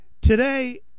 Today